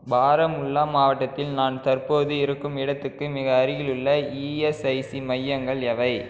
பாராமுல்லா மாவட்டத்தில் நான் தற்போது இருக்கும் இடத்துக்கு மிக அருகிலுள்ள இஎஸ்ஐசி மையங்கள் எவை